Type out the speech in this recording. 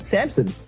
Samson